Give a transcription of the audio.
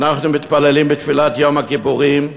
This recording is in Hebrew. אנחנו מתפללים בתפילת יום הכיפורים: